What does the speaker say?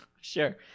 Sure